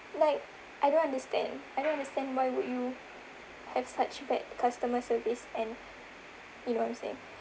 like I don't understand I don't understand why would you have such bad customer service and you know what I'm saying